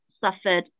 suffered